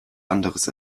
anderes